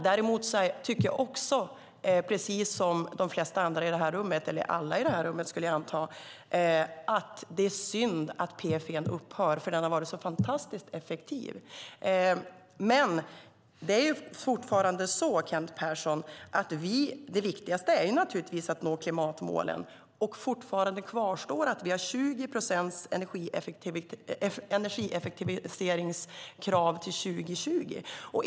Däremot tycker jag, precis som alla i det här rummet antar jag, att det är synd att PFE upphör eftersom det har varit så fantastiskt effektivt. Det viktigaste är fortfarande att nå klimatmålen, Kent Persson. Fortfarande kvarstår att vi har 20 procents energieffektiviseringskrav till 2020.